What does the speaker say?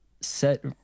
set